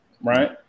right